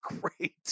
great